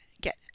get